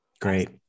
Great